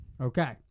Okay